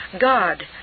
God